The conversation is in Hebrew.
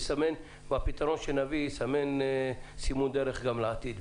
והפתרון שנביא יסמן גם סימון דרך גם לעתיד,